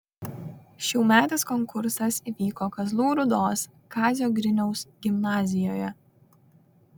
šiųmetis konkursas vyko kazlų rūdos kazio griniaus gimnazijoje